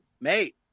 mate